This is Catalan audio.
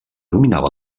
dominava